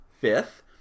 Fifth